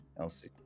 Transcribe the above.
Elsie